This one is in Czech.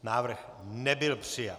Návrh nebyl přijat.